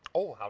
oh,